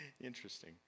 Interesting